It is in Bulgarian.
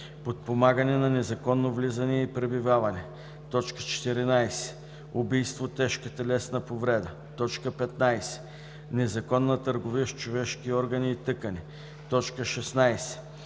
подпомагане на незаконно влизане и пребиваване; 14. убийство, тежка телесна повреда; 15. незаконна търговия с човешки органи и тъкани; 16.